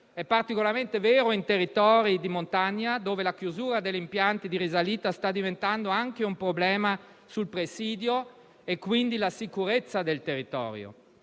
è particolarmente vero in territori di montagna, dove la chiusura degli impianti di risalita sta diventando anche un problema per il presidio e quindi per la sicurezza del territorio.